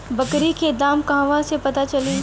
बकरी के दाम कहवा से पता चली?